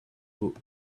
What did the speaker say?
books